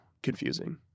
confusing